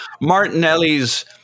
Martinelli's